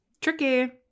Tricky